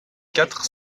quatre